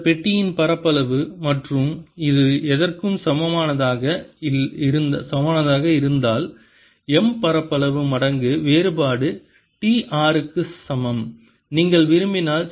இந்த பெட்டியின் பரப்பளவு மற்றும் இது எதற்கும் சமமானதாக இருந்தால் M பரப்பளவு மடங்கு வேறுபாடு t r க்கு சமம் நீங்கள் விரும்பினால்